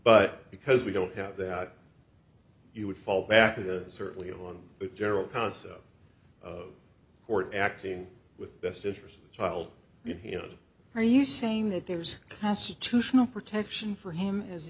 but because we don't have that you would fall back to the certainly on the general concept of court acting with best interest of the child you know are you saying that there's constitutional protection for him